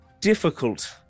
difficult